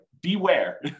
beware